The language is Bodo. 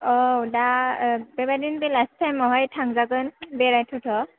औ दा बेबायदिनो बेलासि टाइमावहाय थांजागोन बेराय थावथाव